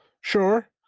sure